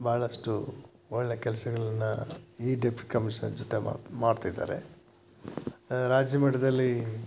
ಬಹಳಷ್ಟು ಒಳ್ಳೆಯ ಕೆಲಸಗಳ್ನ ಈ ಡೆಪ್ಯುಟಿ ಕಮಿಷನ್ ಜೊತೆ ಮಾಡ್ತಿದ್ದಾರೆ ರಾಜ್ಯಮಟ್ಟದಲ್ಲಿ